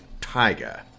tiger